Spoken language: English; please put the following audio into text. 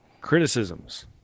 criticisms